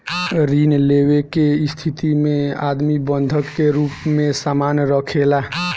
ऋण लेवे के स्थिति में आदमी बंधक के रूप में सामान राखेला